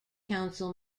council